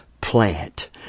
plant